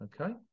okay